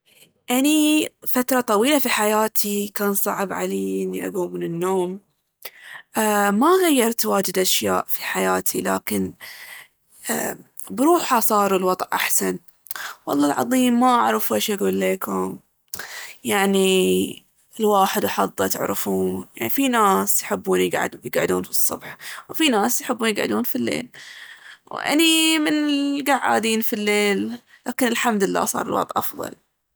أني فترة طويلة في حياتي كان صعب علييي اني أقوم من النوم. أ- ما غيرت واجد أشياء في حياتي لكن أ- بروحه صار الوضع أحسن. والله العظيم ما اعرف ويش أقول ليكم، يعني الواحد وحظه تعرفون. يعني في ناس الصبح وفي ناس يحبون يقعدون في الليل. أني من القعادين في الليل لكن الحمدالله صار الوضع أفضل.